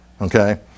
okay